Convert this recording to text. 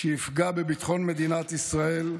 שיפגע בביטחון מדינת ישראל.